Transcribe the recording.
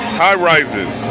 high-rises